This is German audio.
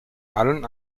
allen